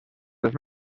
les